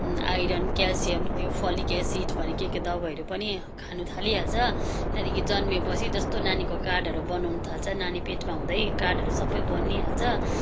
iron calcium त्यो folic acid भन्ने के के दबाईहरू पनि खान थालिहाल्छ त्यहाँदेखि जन्मेपछि जस्तो नानीको कार्डहरू बनाउनु थाल्छ नानी पेटमा हुँदै कार्डहरू सबै बनिइहाल्छ